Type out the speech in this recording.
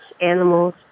animals